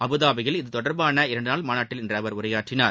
அபுதாபியில் இதுதொடர்பான இரண்டு நாள் மாநாட்டில் இன்று அவர் உரையாற்றினார்